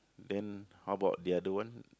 then how about the other one